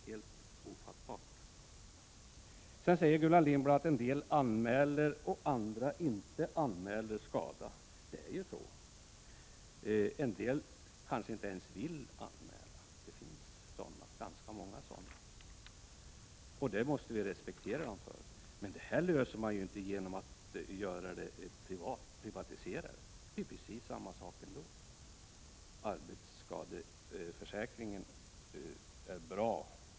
Helt ofattbart! Sedan säger Gullan Lindblad att en del anmäler skada och andra inte. Det är ju så. En del kanske inte ens vill anmäla — det finns ganska många sådana, och det måste vi respektera. Men det löser man inte genom att privatisera det — det blir precis samma sak ändå. Arbetsskadeförsäkringen är bra.